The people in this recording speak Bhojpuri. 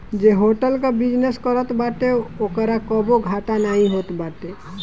जे होटल कअ बिजनेस करत बाटे ओकरा कबो घाटा नाइ होत बाटे